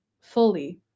fully